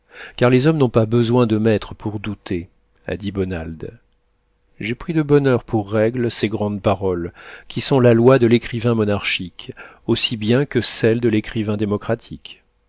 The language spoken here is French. car les hommes n'ont pas besoin de maîtres pour douter a dit bonald j'ai pris de bonne heure pour règle ces grandes paroles qui sont la loi de l'écrivain monarchique aussi bien que celle de l'écrivain démocratique